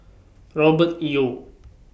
Robert Yeo